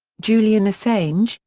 julian assange,